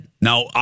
Now